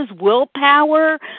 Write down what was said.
willpower